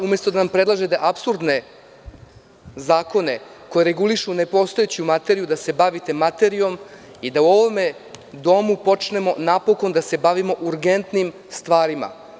Umesto da nam predlažete apsurdne zakone koji regulišu nepostojeću materiju, da se bavite materijom i da u ovom domu počnemo napokon da se bavimo urgentnim stvarima.